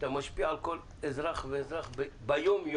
שאתה משפיע על כל אזרח ואזרח ביום-יום,